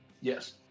Yes